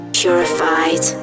purified